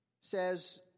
says